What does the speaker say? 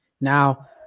now